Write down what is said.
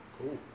Cool